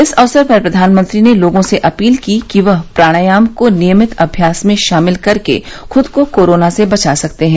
इस अवसर पर प्रधानमंत्री ने लोगों से अपील की कि वह प्राणायाम को नियमित अभ्यास में शामिल कर के खूद को कोरोना से बचा सकते हैं